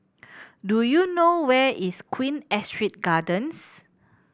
do you know where is Queen Astrid Gardens